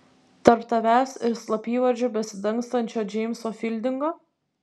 tarp tavęs ir slapyvardžiu besidangstančio džeimso fildingo